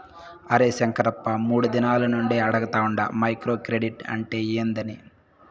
అరే శంకరప్ప, మూడు దినాల నుండి అడగతాండ మైక్రో క్రెడిట్ అంటే ఏందని